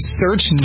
search